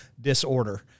disorder